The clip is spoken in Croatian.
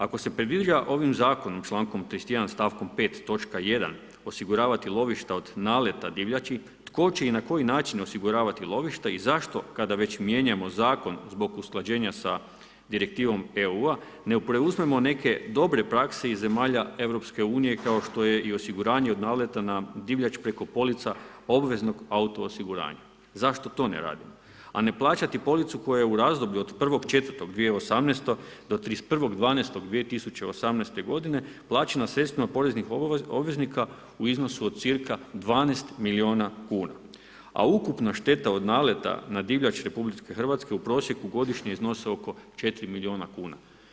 Ako se predviđa ovim zakonom člankom 31. stavkom 5. točka 1. osiguravati lovišta od naleta divljači, tko će i na koji način osiguravati lovišta i zašto kada već mijenjamo zakon zbog usklađenja sa direktivom EU-u ne preuzmemo neke dobre prakse iz zemalja Europske unije kao što je i osiguranje od naleta na divljač preko polica obveznog auto osiguranja, zašto to ne radimo, a ne plaćati policu koja u razdoblju od 1.4.2018. do 31.12.2018. godine plaćena sredstvima poreznih obveznika u iznosu od cca 12 miliona kuna, a ukupna šteta od naleta na divljač RH u prosjeku godišnje iznosi oko 4 miliona kuna.